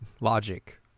Logic